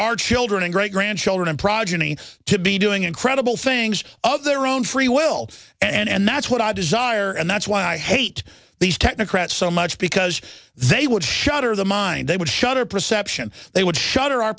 our children and great grandchildren progeny to be doing incredible things other their own free will and that's what i desire and that's why i hate these technocrats so much because they would shatter the mind they would shut our perception they would shutter